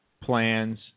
plans